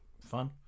fun